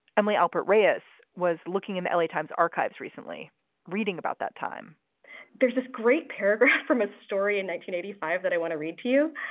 emily alpert reyes was looking at the l a. times archives recently reading about that time there's this great paragraph from a story in nineteen eighty five that i want to read to you.